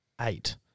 eight